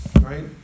right